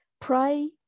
pray